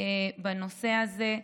הנושא הזה,